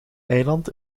eiland